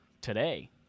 today